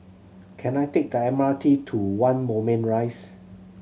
can I take the M R T to One Moulmein Rise